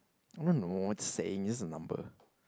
I don't know just saying it's the number